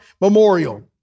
Memorial